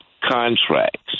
contracts